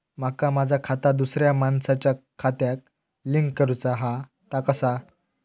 माका माझा खाता दुसऱ्या मानसाच्या खात्याक लिंक करूचा हा ता कसा?